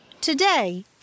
Today